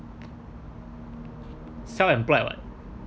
self employed [what]